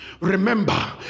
remember